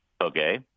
okay